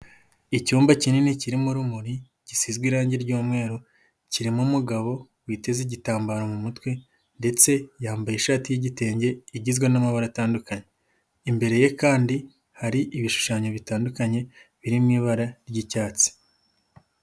Icyumba kinini kirimo urumuri, gisizwe irangi ry'umweru, kirimo umugabo witeze igitambaro mu mutwe ndetse yambaye ishati y'igitenge igizwe n'amabara atandukanye, imbere ye kandi hari ibishushanyo bitandukanye biri mu ibara ry'icyatsi.